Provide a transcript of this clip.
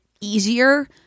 easier